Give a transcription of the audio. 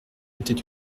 était